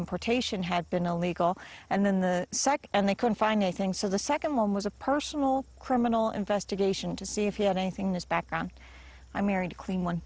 importation had been illegal and then the second and they couldn't find anything so the second one was a personal criminal investigation to see if he had anything in his background i married a clean one